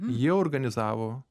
jie organizavo